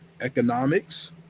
economics